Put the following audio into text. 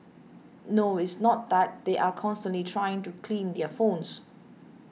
no it's not that they are constantly trying to clean their phones